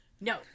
No